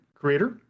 creator